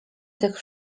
tych